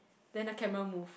then the camera move